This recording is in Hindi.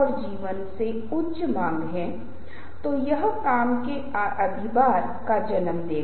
अगर मैं कहूं कि राजनीति अच्छी या बुरी हो सकती है तो इसके बारे में मेरी कोई राय नहीं है